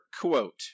quote